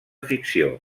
ficció